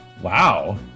Wow